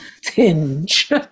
tinge